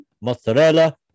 mozzarella